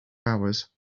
hours